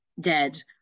dead